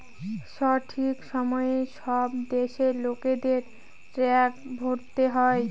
সঠিক সময়ে সব দেশের লোকেদের ট্যাক্স ভরতে হয়